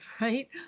Right